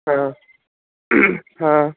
ਹਾਂ ਹਾਂ